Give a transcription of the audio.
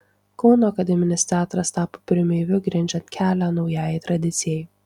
kauno akademinis teatras tapo pirmeiviu grindžiant kelią naujajai tradicijai